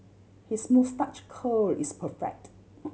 his moustache curl is perfect